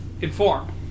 Inform